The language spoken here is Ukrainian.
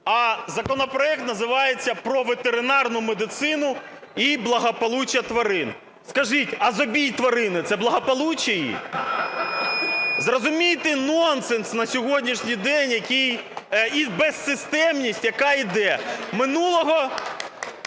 законопроект називається: про ветеринарну медицину і благополуччя тварин. Скажіть, а забій тварини – це благополуччя її? (Шум у залі) Зрозумійте нонсенс на сьогоднішній день і безсистемність, яка іде. Минулого